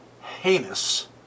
heinous